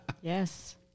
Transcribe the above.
yes